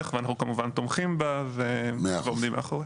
ואנחנו כמובן תומכים בה ועומדים מאחוריה.